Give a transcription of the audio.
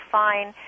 fine